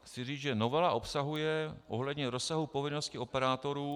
Chci říct, že novela obsahuje ohledně rozsahu povinností operátorů...